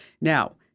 Now